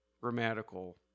grammatical